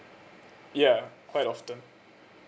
yeah quite often